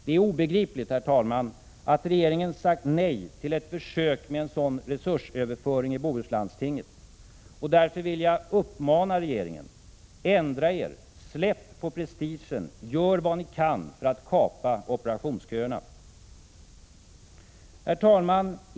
Det är obegripligt, herr talman, att regeringen sagt nej till ett försök med en sådan resursöverföring i Bohuslandstinget. Därför vill jag uppmana regeringen: Ändra er, släpp på prestigen, gör vad ni kan för att kapa operationsköerna! Herr talman!